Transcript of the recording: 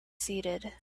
seated